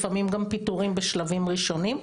לפעמים גם פיטורים בשלבים ראשונים,